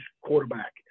quarterback